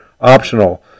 optional